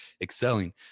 excelling